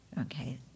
Okay